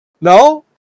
No